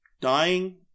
dying